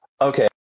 Okay